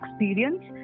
experience